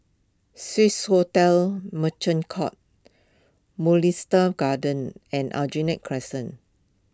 Swissotel Merchant Court Mugliston Gardens and Aljunied Crescent